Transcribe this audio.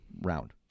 round